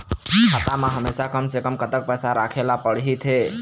खाता मा हमेशा कम से कम कतक पैसा राखेला पड़ही थे?